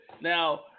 Now